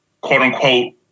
quote-unquote